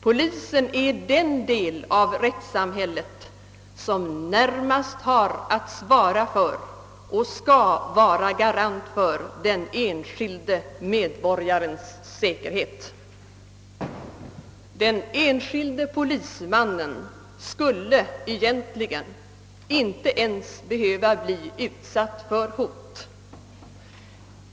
Polisen är den del av rättssamhället som närmast har att svara för och skall vara en garant för den enskilde medborgarens säkerhet. Den enskilde polismannen skulle egentligen inte ens behöva bli utsatt för hot.